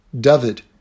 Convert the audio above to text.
David